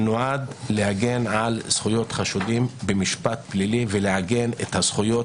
שנועד להגן על זכויות חשודים במשפט פלילי ולהגן על הזכויות